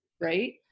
Right